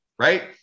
right